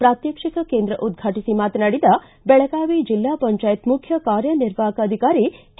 ಪಾತ್ರಕ್ಷಿಕ ಕೇಂದ್ರ ಉದ್ಘಾಟಿಸಿ ಮಾತನಾಡಿದ ಬೆಳಗಾವಿ ಜಿಲ್ಲಾ ಪಂಚಾಯತ್ ಮುಖ್ಯ ಕಾರ್ಯನಿರ್ವಾಪಕ ಅಧಿಕಾರಿ ಕೆ